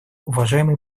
уважаемый